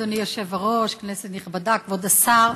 אדוני היושב-ראש, כנסת נכבדה, כבוד השר,